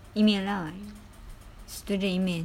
email ah student email